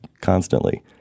constantly